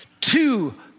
two